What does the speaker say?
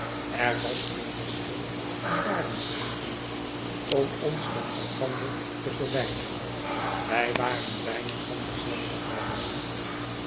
er was geen verschil van jaren tusschen ons om ons van elkander te verwijderen wij waren bijna van denzelfden ouderdom